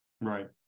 Right